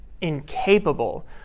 incapable